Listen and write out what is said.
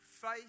Faith